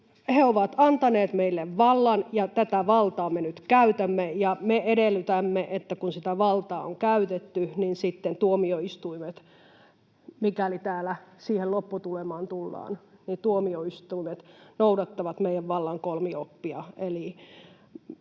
he ovat antaneet meille vallan, ja tätä valtaa me nyt käytämme. Ja me edellytämme, että kun sitä valtaa on käytetty, niin sitten tuomioistuimet, mikäli täällä siihen lopputulemaan tullaan, noudattavat meidän vallan kolmioppia